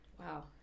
wow